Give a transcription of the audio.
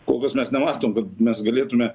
kol kas mes nematom kad mes galėtume